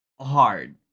Hard